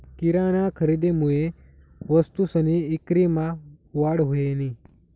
किराना खरेदीमुये वस्तूसनी ईक्रीमा वाढ व्हयनी